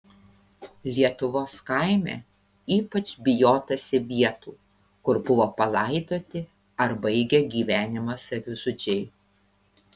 lietuvos kaime ypač bijotasi vietų kur buvo palaidoti ar baigė gyvenimą savižudžiai